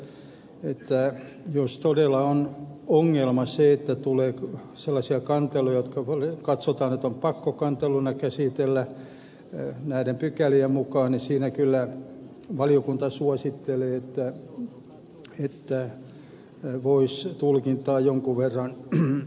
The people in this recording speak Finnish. minä luulen että jos todella on ongelma se että tulee sellaisia kanteluja jotka katsotaan että on pakko kanteluna käsitellä näiden pykälien mukaan niin siinä kyllä valiokunta suosittelee että voisi tulkintaa jonkun verran lieventää